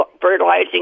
fertilizing